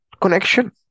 connection